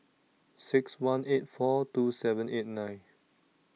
six one eight four two seven eight nine